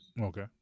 Okay